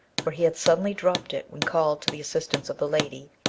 where he had suddenly dropped it when called to the assistance of the lady,